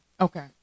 Okay